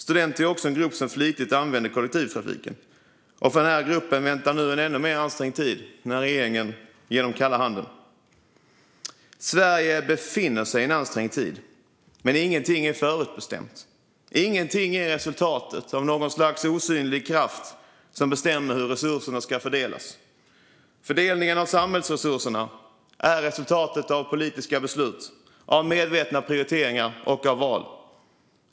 Studenter är också en grupp som flitigt använder kollektivtrafiken. För denna grupp väntar nu en ännu mer ansträngd tid när regeringen ger dem kalla handen. Sverige befinner sig i en ansträngd tid. Men ingenting är förutbestämt. Ingenting är resultatet av något slags osynlig kraft som bestämmer hur resurserna ska fördelas. Fördelningen av samhällsresurserna är resultatet av politiska beslut, av medvetna prioriteringar och av val.